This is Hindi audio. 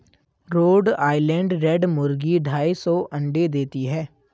रोड आइलैंड रेड मुर्गी ढाई सौ अंडे देती है